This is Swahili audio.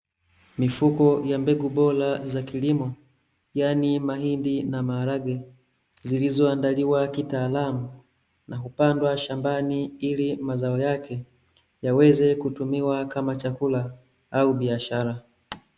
Mifuko ya mbegu bora za kilimo, yaani mahindi na maharage zilizoandaliwa kitaalamu na hupandwa shambani ili mazao yake yaweze kutumiwa kama chakula au biashara.